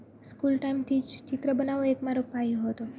school ટાઈમથી જ ચિત્ર બનાવવું એક મારો પાયો હતો